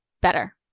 better